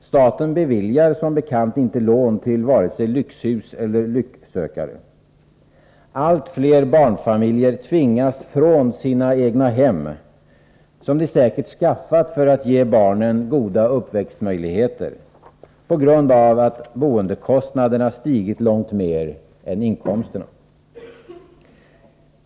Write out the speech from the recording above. Staten beviljar som bekant inte lån till lyxhus eller lycksökare. Allt fler barnfamiljer tvingas från sina egna hem — som de säkert skaffat för att ge barnen goda uppväxtmöjligheter — på grund av att boendekostnaderna stigit långt mer än inkomsterna.